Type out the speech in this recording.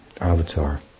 avatar